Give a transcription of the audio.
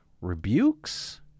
rebukes